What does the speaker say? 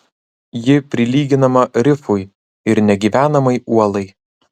ji prilyginama rifui ir negyvenamai uolai